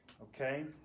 Okay